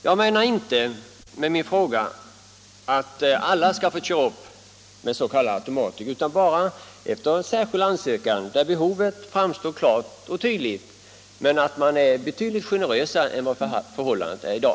Jag menar inte att alla skall få köra med en s.k. automatic utan bara att det skall ske efter särskild ansökan och när behovet framstår klart och tydligt. Men jag menar att man bör tillämpa en betydligt mera generös bedömning än i dag.